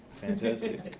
fantastic